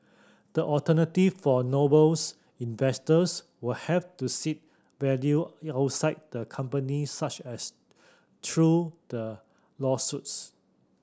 the alternative for Noble's investors will have to seek value outside the company such as through the lawsuits